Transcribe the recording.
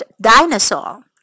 Dinosaur